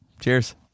Cheers